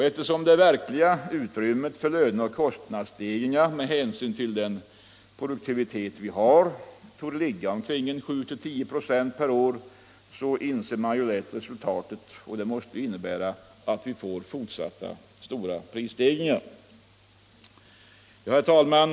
Då det verkliga utrymmet för löneoch kostnadsstegringar med hänsyn till den produktivitet vi har torde ligga på omkring 7-10 96 per år inses lätt att resultatet blir fortsatta stora prisstegringar. Herr talman!